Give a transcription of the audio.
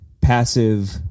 passive